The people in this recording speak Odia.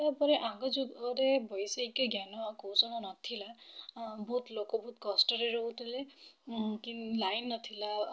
ତା'ପରେ ଆଗ ଯୁଗରେ ବୈଷୟିକ ଜ୍ଞାନ ଓ କୌଶଳ ନଥିଲା ବହୁତ ଲୋକ ବହୁତ କଷ୍ଟରେ ରହୁଥିଲେ ଉଁ କି ଲାଇନ୍ ନଥିଲା